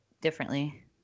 differently